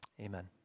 Amen